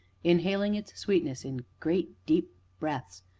inhaling its sweetness in great, deep breaths,